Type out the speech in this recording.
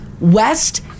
west